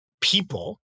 people